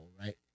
right